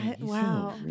Wow